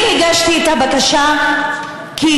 אני הגשתי את הבקשה כי,